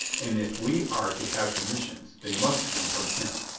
and if we are to have commissions, they must come from him.